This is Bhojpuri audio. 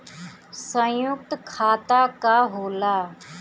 सयुक्त खाता का होला?